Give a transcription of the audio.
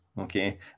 Okay